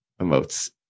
emotes